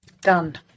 done